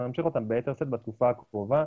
נמשיך אותם ביתר שאת בתקופה הקרובה.